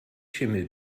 schimmel